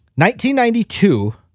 1992